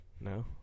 No